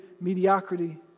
mediocrity